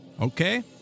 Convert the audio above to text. Okay